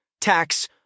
tax